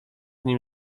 nim